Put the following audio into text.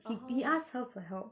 he he ask her for help